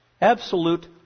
Absolute